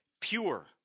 Pure